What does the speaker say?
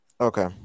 Okay